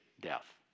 death